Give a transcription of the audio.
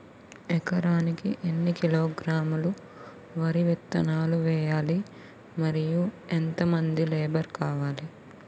ఎకరానికి ఎన్ని కిలోగ్రాములు వరి విత్తనాలు వేయాలి? మరియు ఎంత మంది లేబర్ కావాలి?